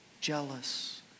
Jealous